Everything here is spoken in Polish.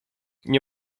nie